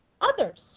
others